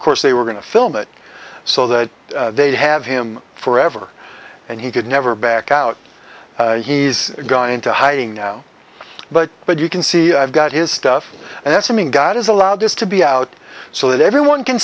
n course they were going to film it so that they'd have him forever and he could never back out he's gone into hiding now but but you can see i've got his stuff and that's something god has allowed this to be out so that everyone can